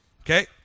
Okay